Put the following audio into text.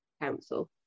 Council